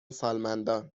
سالمندان